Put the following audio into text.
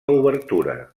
obertura